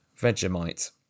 Vegemite